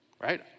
right